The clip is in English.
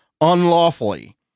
unlawfully